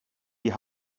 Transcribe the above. die